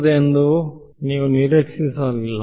ಅದು ಸಂಭವಿಸುತ್ತದೆ ಎಂದು ನೀವು ನಿರೀಕ್ಷಿಸಿರಲಿಲ್ಲ